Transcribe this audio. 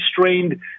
strained